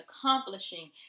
accomplishing